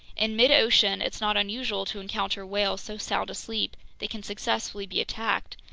in midocean it's not unusual to encounter whales so sound asleep they can successfully be attacked,